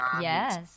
Yes